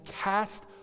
cast